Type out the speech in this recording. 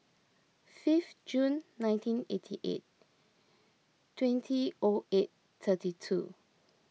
fifth Jun nineteen eighty eight twenty O eight thirty two